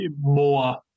more